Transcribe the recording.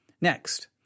Next